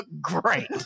great